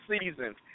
season